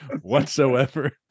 whatsoever